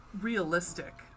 Realistic